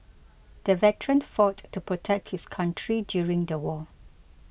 the veteran fought to protect his country during the war